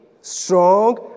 strong